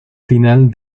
final